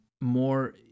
more